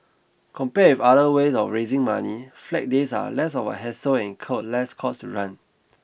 compared other ways of raising money flag days are less of a hassle and incur less cost to run